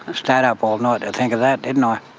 ah stayed up all night to think of that, didn't i?